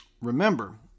remember